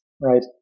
right